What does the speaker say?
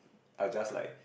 I'll just like